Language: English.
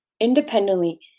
independently